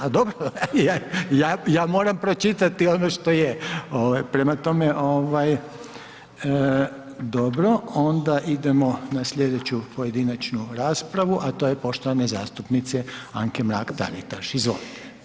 A dobro, ja moram pročitati ono što je, prema tome, dobro, onda idemo na slijedeću pojedinačnu raspravu, a to je poštovane zastupnice Anke Mrak Taritaš, izvolite.